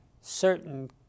certain